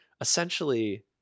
essentially